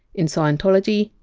in scientology,